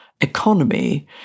economy